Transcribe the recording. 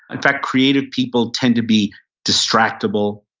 in fact, creative people tend to be distractible.